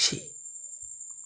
పక్షి